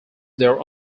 their